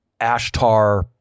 Ashtar